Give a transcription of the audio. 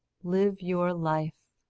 live your life.